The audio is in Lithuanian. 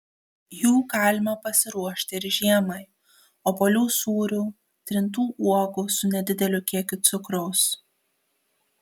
jų galima pasiruošti ir žiemai obuolių sūrių trintų uogų su nedideliu kiekiu cukraus